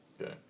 okay